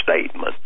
statement